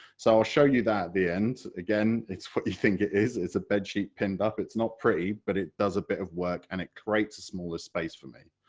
so i'll show you that at the end, again, it's what you think it is, it's a bedsheet pinned up, it's not pretty but it does a bit of work and it creates a smaller space for me.